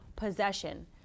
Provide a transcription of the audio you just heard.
possession